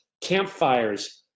campfires